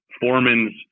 foreman's